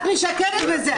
את משקרת בזה.